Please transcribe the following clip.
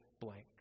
blank